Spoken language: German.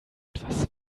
etwas